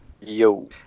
Yo